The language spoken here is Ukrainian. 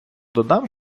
додам